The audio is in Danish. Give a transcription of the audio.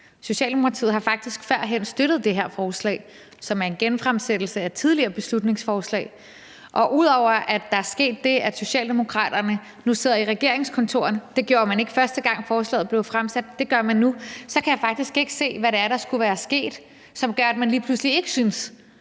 Socialdemokratiet har faktisk førhen støttet det her forslag, som er en genfremsættelse af et tidligere beslutningsforslag, og ud over at der er sket det, at Socialdemokraterne nu sidder i regeringskontorerne – det gjorde man ikke, første gang forslaget blev fremsat, men det gør man nu – så kan jeg faktisk ikke se, hvad det er, der skulle være sket, som gør, at man lige pludselig ikke synes,